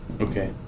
Okay